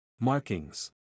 Markings